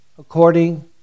according